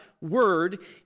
word